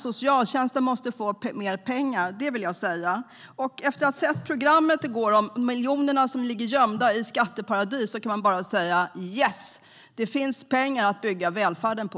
Socialtjänsten måste få mer pengar. Det vill jag säga. Efter att ha sett programmet i går om miljonerna som ligger gömda i skatteparadis kan man bara säga: Yes, det finns pengar att bygga välfärden på.